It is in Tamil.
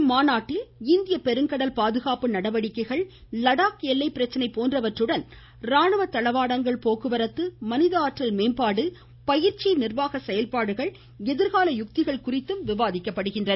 இம்மாநாட்டில் இந்திய பெருங்கடல் பாதுகாப்பு நடவடிக்கைகள் லடாக் எல்லைப்பிரச்சனை போன்றவற்றுடன் ராணுவ தளவாடங்கள் போக்குவரத்து மனித ஆற்றல் மேம்பாடு பயிற்சி நிர்வாக செயல்பாடுகள் எதிர்கால யுக்திகள் குறித்தும் விவாதிக்கப்படுகிறது